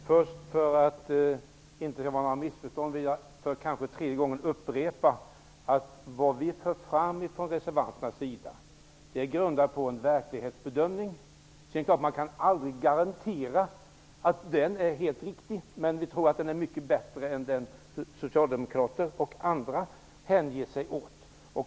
Herr talman! För att det inte skall råda några missförstånd vill jag för kanske tredje gången upprepa att det som vi reservanter för fram är grundat på en verklighetsbedömning. Sedan är det klart att man aldrig kan garantera att den är helt riktig, men vi tror att den är mycket bättre än den som socialdemokrater och andra hänger sig åt.